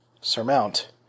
surmount